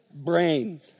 Brain